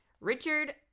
Richard